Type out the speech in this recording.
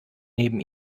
neben